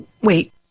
Wait